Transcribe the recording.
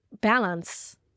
balance